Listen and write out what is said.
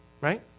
Right